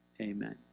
amen